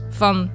van